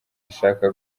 ashaka